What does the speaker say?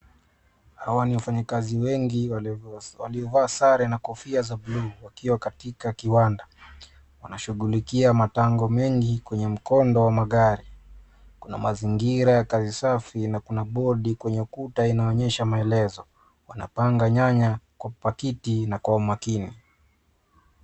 Hawa ni wafanyakazi wengi walio vaa sare na kofia za bluu wakiwa katika kiwanda. Wanashughulika mapango mengi kwenye mkondo wa magari. Kuna mazingira ya kazi safi na kuna bodi kwenye ukuta inayoonyesha maelezo. Wanapanga nyanya kwa pakiti na kwa umakini.